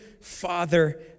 father